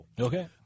Okay